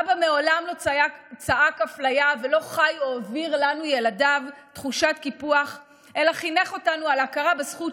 אבא מעולם לא צעק "אפליה" ולא חי בתחושת קיפוח או העביר לנו,